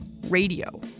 radio